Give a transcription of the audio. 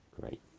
Great